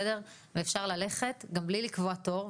אפשר ללכת גם בלי לקבוע תור,